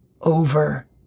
over